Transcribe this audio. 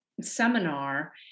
seminar